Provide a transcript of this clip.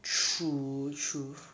true true